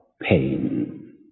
pain